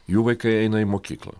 jų vaikai eina į mokyklą